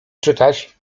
czytać